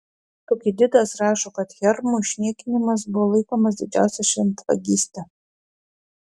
tukididas rašo kad hermų išniekinimas buvo laikomas didžiausia šventvagyste